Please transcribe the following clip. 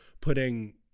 putting